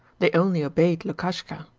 they only obeyed lukashka.